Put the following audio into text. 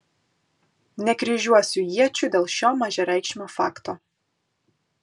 nekryžiuosiu iečių dėl šio mažareikšmio fakto